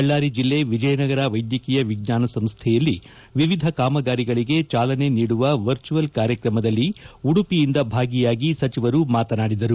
ಬಳ್ಳಾರಿ ಜಲ್ಲೆ ವಿಜಯನಗರ ವೈದ್ಯಕೀಯ ವಿಜ್ಞಾನ ಸಂಸ್ಥೆಯಲ್ಲಿ ವಿವಿಧ ಕಾಮಗಾರಿಗಳಿಗೆ ಜಾಲನೆ ನೀಡುವ ವರ್ಜುವಲ್ ಕಾರ್ಯಕ್ರಮದಲ್ಲಿ ಉಡುಪಿಯಿಂದ ಭಾಗಿಯಾಗಿ ಸಚಿವರು ಮಾತನಾಡಿದರು